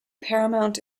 paramount